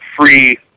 free